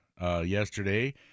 yesterday